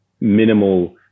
minimal